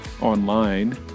online